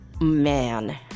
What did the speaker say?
man